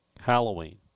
Halloween